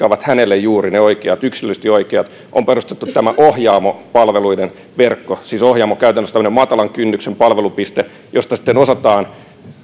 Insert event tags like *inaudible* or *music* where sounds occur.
*unintelligible* ovat hänelle juuri ne yksilöllisesti oikeat on perustettu tämä ohjaamo palveluiden verkko siis ohjaamo on käytännössä tämmöinen matalan kynnyksen palvelupiste jossa sitten osataan